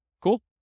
Cool